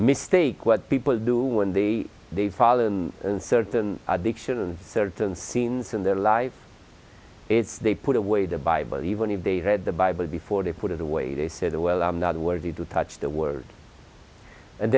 mistake what people do when they they've fallen and certain addictions certain scenes in their lives it's they put away the bible even if they read the bible before they put it away they said well i'm not worthy to touch the word and